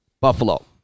Buffalo